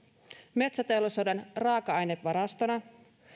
metsäteollisuuden raaka ainevarastona ja